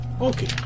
okay